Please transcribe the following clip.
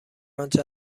انچه